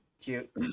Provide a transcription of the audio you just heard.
Cute